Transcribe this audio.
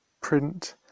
print